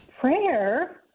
Prayer